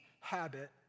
habit